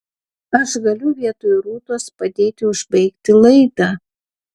aš galiu vietoj rūtos padėti užbaigti laidą